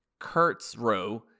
Kurtzrow